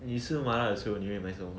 你吃麻辣的时候你会买什么